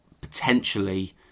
potentially